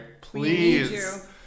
please